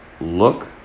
look